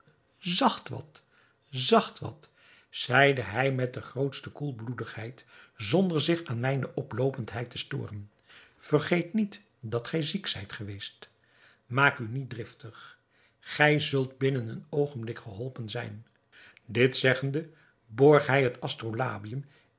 zacht wat zacht wat zeide hij met de grootste koelbloedigheid zonder zich aan mijne oploopendheid te storen vergeet niet dat gij ziek zijt geweest maak u niet driftig gij zult binnen een oogenblik geholpen zijn dit zeggende borg hij het